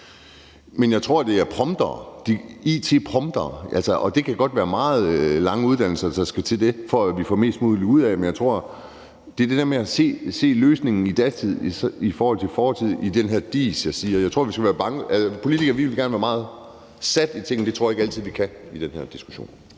Men jeg tror, det handler om de her it-promptere, og det kan godt være folk med meget lange uddannelser, der skal til, for at vi får mest muligt ud af det. Det handler om det der med at se løsningen i datid i forhold til fortid i den her dis, jeg taler om. Vi politikere vil gerne lægge os fast i forhold til tingene, og det tror jeg ikke altid vi kan i den her diskussion.